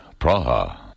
Praha